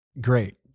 Great